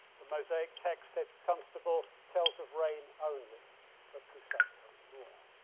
the mosaic text said constable tells of rain only but poussin tells more.